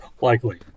likely